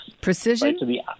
Precision